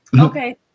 Okay